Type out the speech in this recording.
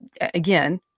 again